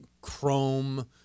chrome